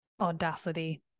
audacity